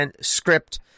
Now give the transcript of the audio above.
script